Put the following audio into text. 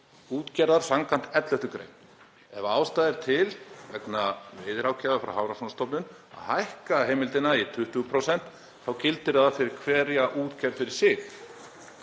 útgerðar samkvæmt 11. gr. Ef ástæða er til vegna veiðiráðgjafar frá Hafrannsóknastofnun að hækka heimildina í 20% þá gildir það fyrir hverja útgerð fyrir sig.